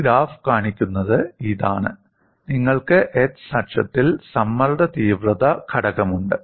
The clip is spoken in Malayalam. ഈ ഗ്രാഫ് കാണിക്കുന്നത് ഇതാണ് നിങ്ങൾക്ക് x അക്ഷത്തിൽ സമ്മർദ്ദ തീവ്രത ഘടകമുണ്ട്